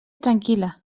tranquil·la